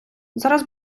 зараз